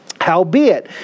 Howbeit